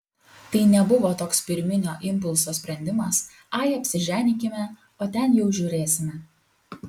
tai nebuvo toks pirminio impulso sprendimas ai apsiženykime o ten jau žiūrėsime